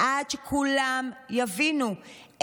עד שכולם יבינו,